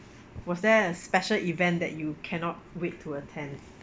was there a special event that you cannot wait to attend